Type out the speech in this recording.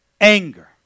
anger